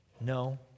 no